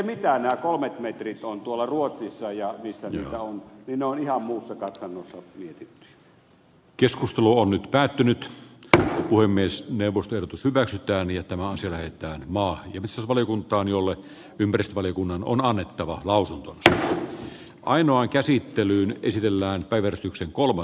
kun on nämä kolmet metrit tuolla ruotsissa ja missä niitä on nyt päättynyt puhemiesneuvoston hyväksytään jotta voisi väittää mahtinsa valiokuntaan niin ne on ihan muussa katsannossa mietitty